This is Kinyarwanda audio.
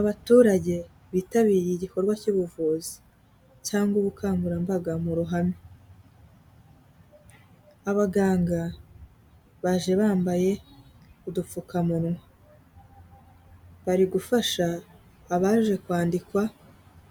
Abaturage bitabiriye igikorwa cy'ubuvuzi cyangwa ubukangurambaga mu ruhame, abaganga baje bambaye udupfukamunwa, bari gufasha abaje kwandikwa